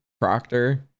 proctor